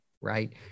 right